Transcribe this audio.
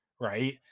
right